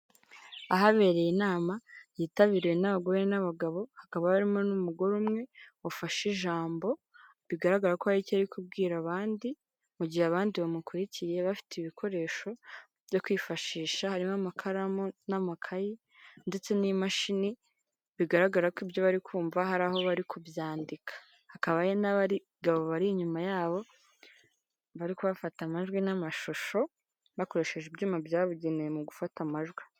Ahabereye inama yitabiriwe n'abagore n'abagabo, hakaba harimo n'umugore umwe wafashe ijambo, bigaragara ko hari icyo ari kubwira abandi, mu gihe abandi bamukurikiye bafite ibikoresho byo kwifashisha, harimo amakaramu n'amakayi ndetse n'imashini bigaragara ko ibyo bari kumva hari aho bari kubyandika. Hakaba hari n'abagabo bari inyuma yabo, bari kubafata amajwi n'amashusho, bakoresheje ibyuma byabugenewe mu gufata amajwi.